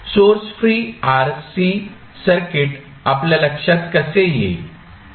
source free RC circuit आपल्या लक्षात कसे येईल